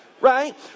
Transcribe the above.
right